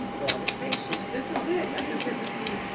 but i was patient. this is it. like i said, this little.